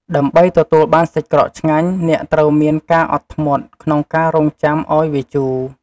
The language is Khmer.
ដើម្បីទទួលបានសាច់ក្រកឆ្ងាញ់ អ្នកត្រូវមាន ការអត់ធ្មត់ ក្នុងការរង់ចាំឱ្យវាជូរ។